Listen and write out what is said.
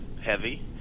heavy